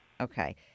okay